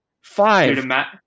Five